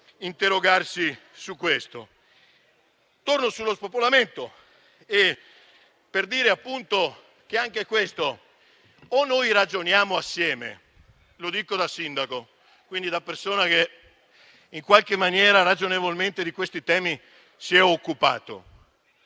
interrogarsi su questo. Torno sullo spopolamento per dire che dobbiamo ragionare assieme. Lo dico da ex sindaco, da persona che, in qualche maniera, ragionevolmente, di questi temi si è occupata.